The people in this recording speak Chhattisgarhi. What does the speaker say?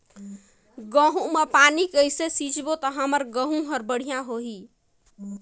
गहूं म पानी कइसे सिंचबो ता हमर गहूं हर बढ़िया होही?